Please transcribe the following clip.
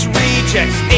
rejects